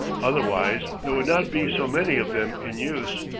otherwise there would not be so many of them in use.